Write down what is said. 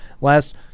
last